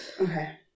Okay